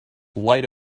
light